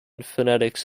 phonetics